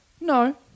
no